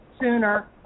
sooner